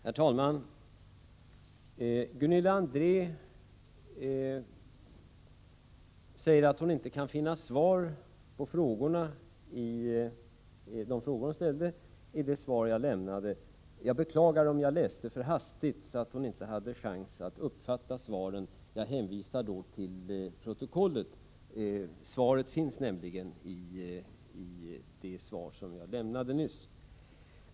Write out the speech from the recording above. Herr talman! Gunilla André säger att hon inte kan finna svar på de frågor hon har ställt i de svar som jag lämnade. Jag beklagar om jag läste för hastigt, så att hon inte hade chans att uppfatta vad jag sade. Jag vill hänvisa till protokollet. Svaret på hennes frågor finns nämligen i de svar som jag lämnade.